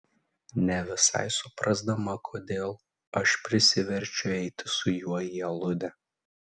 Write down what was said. ne visai suprasdama kodėl aš prisiverčiu eiti su juo į aludę